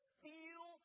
feel